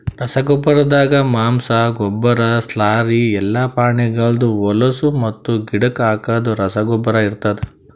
ರಸಗೊಬ್ಬರ್ದಾಗ ಮಾಂಸ, ಗೊಬ್ಬರ, ಸ್ಲರಿ ಎಲ್ಲಾ ಪ್ರಾಣಿಗಳ್ದ್ ಹೊಲುಸು ಮತ್ತು ಗಿಡಕ್ ಹಾಕದ್ ರಸಗೊಬ್ಬರ ಇರ್ತಾದ್